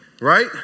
right